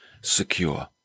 secure